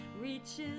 reaches